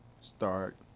start